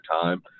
time